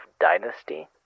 Dynasty